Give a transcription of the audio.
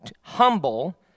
humble